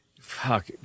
Fuck